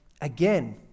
again